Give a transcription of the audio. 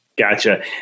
Gotcha